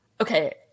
okay